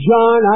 John